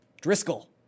Driscoll